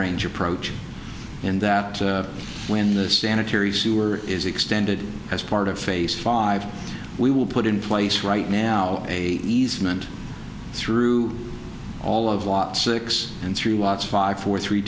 range approach in that when the sanitary sewer is extended as part of face five we will put in place right now a easement through all of law six and three watts five four three